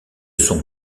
son